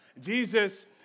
Jesus